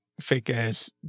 fake-ass